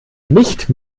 nicht